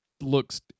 looks